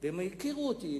והם הכירו אותי מהטלוויזיה,